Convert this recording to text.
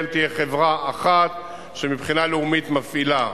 תהיה חברה אחת שמבחינה לאומית מפעילה,